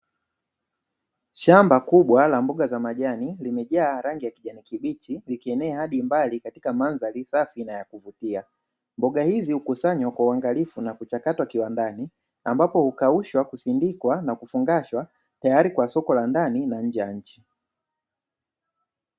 Shamba kubwa la mboga za majani limejaa rangi ya kijani kibichi likienea hadi mbali katika mandhari safi na ya kuvutia. Mboga hizi hukusanywa kwa uangalifu na kuchakatwa kiwandani ambapo ukaushwa kusindikwa na kufungashwa tayari kwa soko la ndani na nje ya nchi.